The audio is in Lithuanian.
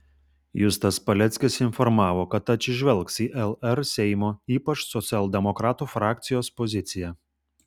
justas paleckis informavo kad atsižvelgs į lr seimo ypač socialdemokratų frakcijos poziciją